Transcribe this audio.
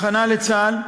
הכנה לצה"ל,